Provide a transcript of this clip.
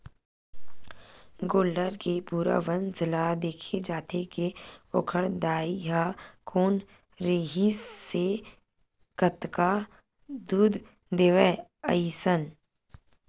गोल्लर के पूरा वंस ल देखे जाथे के ओखर दाई ह कोन रिहिसए कतका दूद देवय अइसन